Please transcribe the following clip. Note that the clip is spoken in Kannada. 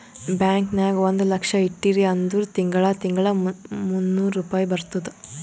ಬ್ಯಾಂಕ್ ನಾಗ್ ಒಂದ್ ಲಕ್ಷ ಇಟ್ಟಿರಿ ಅಂದುರ್ ತಿಂಗಳಾ ತಿಂಗಳಾ ಮೂನ್ನೂರ್ ರುಪಾಯಿ ಬರ್ತುದ್